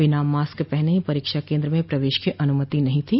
बिना मास्क पहने परीक्षा केन्द्र में प्रवेश की अनूमति नहीं थी